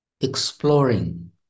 exploring